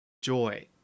joy